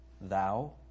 Thou